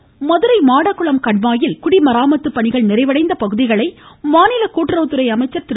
ராஜு மதுரை மாடக்குளம் கண்மாயில் குடிமராமத்து பணிகள் நிறைவடைந்த பகுதிகளை மாநில கூட்டுறவுத்துறை அமைச்சர் திரு